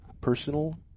personal